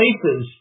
places